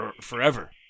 forever